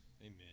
Amen